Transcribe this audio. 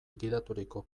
gidaturiko